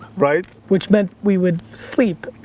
right? which meant we would sleep.